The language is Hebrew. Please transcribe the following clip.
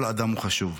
כל אדם הוא חשוב.